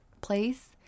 place